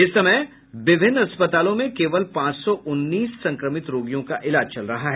इस समय विभिन्न अस्पतालों में केवल पांच सौ उन्नीस संक्रमित रोगियों का इलाज चल रहा है